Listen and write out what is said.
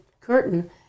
curtain